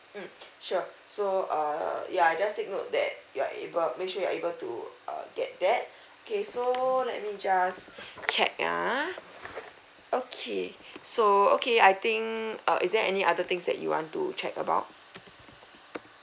mm sure so uh ya I just take note that you're able make sure you're able to uh get that okay so let me just check ah okay so okay I think uh is there any other things that you want to check about